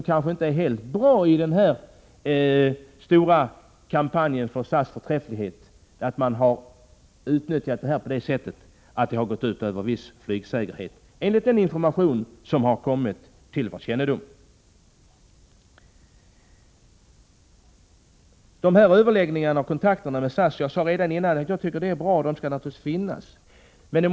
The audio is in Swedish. Det kanske inte är helt bra i den stora kampanjen om SAS förträfflighet att tidspressen fått gå ut över viss flygsäkerhet, enligt den information som har kommit till vår kännedom. Jag har redan sagt att jag tycker att överläggningarna och kontakterna med SAS är bra. De skall naturligtvis finnas.